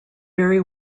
very